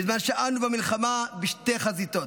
בזמן שאנו במלחמה בשתי חזיתות,